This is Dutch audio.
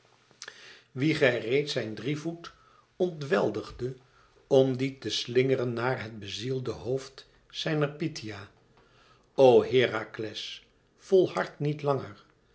wien gij reeds zijn drievoet ontweldigde om dien te slingeren naar het bezielde hoofd zijner pythia o herakles volhard niet langer